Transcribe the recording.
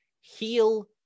Heal